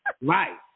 Right